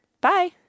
Bye